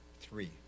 three